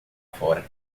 fora